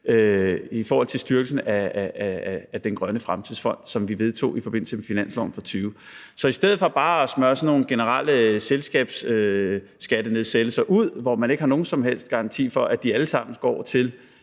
og til styrkelse af Danmarks Grønne Fremtidsfond, som vi vedtog i forbindelse med finansloven for 2020. Så i stedet for bare at smøre sådan nogle generelle selskabsskattenedsættelser ud, hvor man ikke har nogen som helst garanti for, at pengene alle sammen går til